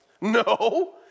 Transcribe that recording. No